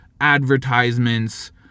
advertisements